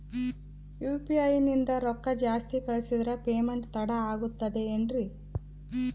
UPI ನಿಂದ ರೊಕ್ಕ ಜಾಸ್ತಿ ಕಳಿಸಿದರೆ ಪೇಮೆಂಟ್ ತಡ ಆಗುತ್ತದೆ ಎನ್ರಿ?